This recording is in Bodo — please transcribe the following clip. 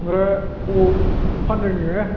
ओमफ्राय अबाव फान्दों नोङो